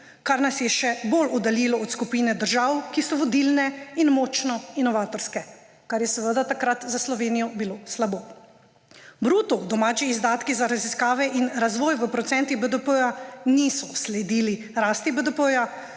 kar nas je še bolj oddaljilo od skupine držav, ki so vodilne in močno inovatorske, kar je bilo takrat za Slovenijo seveda slabo. Bruto domači izdatki za raziskave in razvoj v procentih BDP niso sledili rasti BDP,